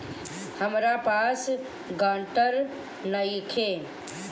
हमरा पास ग्रांटर नइखे?